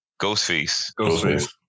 Ghostface